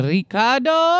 Ricardo